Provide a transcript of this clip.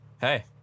hey